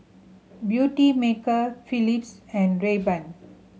Beautymaker Philips and Rayban